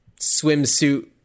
swimsuit